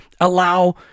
allow